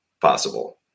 possible